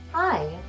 Hi